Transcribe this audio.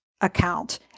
account